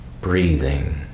breathing